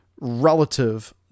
relative